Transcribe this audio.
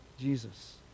Jesus